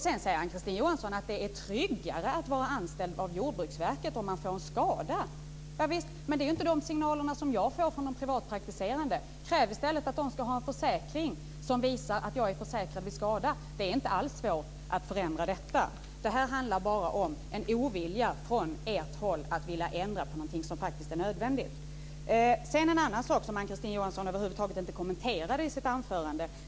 Sedan säger Ann-Kristine Johansson att det är tryggare att vara anställd av Jordbruksverket om man får en skada. Men det är inte de signaler jag får från de privatpraktiserande. Kräv i stället att de ska ha en försäkring som visar att man är försäkrad vid skada. Det är inte alls svårt att förändra detta. Det här handlar bara om en ovilja från ert håll att ändra på någonting som faktiskt är nödvändigt. Sedan en annan sak som Ann-Kristine Johansson över huvud taget inte kommenterade i sitt anförande.